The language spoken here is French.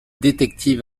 détective